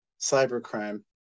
cybercrime